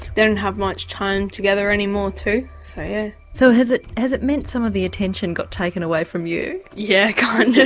they don't have much time together any more, too, so yeah. so has it has it meant some of the attention got taken away from you? yeah, kind and